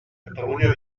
catalunya